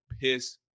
piss